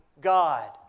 God